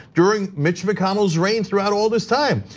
during mitch mcconnell's reign throughout all this time.